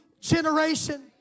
generation